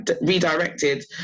redirected